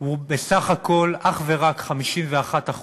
הוא בסך הכול אך ורק 51%,